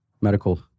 medical